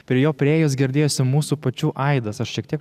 prie jo priėjus girdėjosi mūsų pačių aidas aš šiek tiek